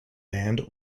band